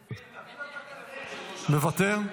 מוותר,